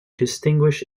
distinguish